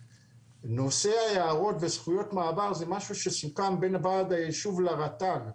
נושא ההערות וזכויות מעבר זה משהו שסוכם בין וועד היישוב לרט"ג.